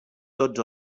tots